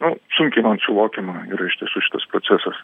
nu sunkiai man suvokiama yra iš tiesų šitas procesas